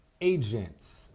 agents